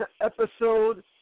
episode